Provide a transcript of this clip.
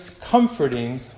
comforting